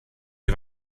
die